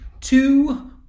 two